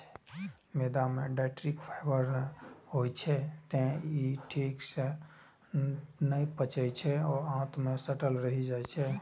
मैदा मे dietary fibre नै होइ छै, तें ई ठीक सं नै पचै छै आ आंत मे सटल रहि जाइ छै